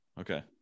okay